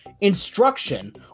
instruction